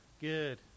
Good